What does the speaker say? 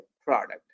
product